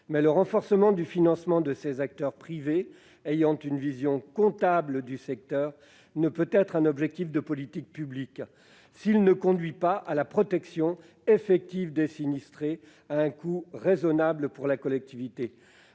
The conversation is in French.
Le renforcement du financement de ces acteurs privés, qui ont une vision comptable du secteur, ne peut toutefois être un objectif de politique publique s'il ne conduit pas à la protection effective des sinistrés à un coût raisonnable pour la collectivité.